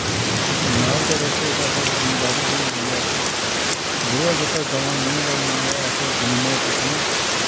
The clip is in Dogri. ते माल गै रक्खगे तां साढ़ी जिमीदारी बी होंदी ऐ अस गोआ जेह्ड़ा ऐ गवैं मैहीं दा तां अस ओह् जमीनें च सु'ट्टनें आं